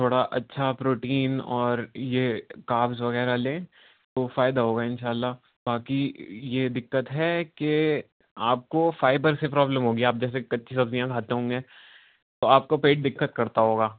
تھوڑا اچھا پروٹین اور یہ کاربز وغیرہ لیں تو فائدہ ہوگا انشاء اللہ باقی یہ دقت ہے کہ آپ کو فائبر سے پرابلم ہوگی آپ جیسے کچی سبزیاں کھاتے ہوں گے تو آپ کو پیٹ دقت کرتا ہوگا